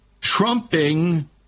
trumping